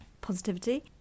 positivity